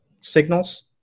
signals